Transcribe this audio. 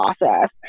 process